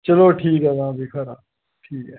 चलो ठीक ऐ भी तां खरा ठीक ऐ